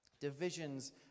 Divisions